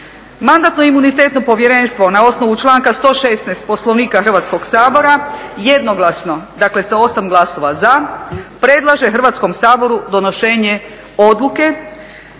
Mandatno-imunitetno povjerenstvo na osnovu članka 116. Poslovnika Hrvatskog sabora jednoglasno, dakle sa 8 glasova za, predlaže Hrvatskom saboru donošenje odluke